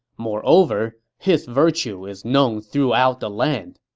moreover, his virtue is known throughout the land.